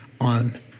on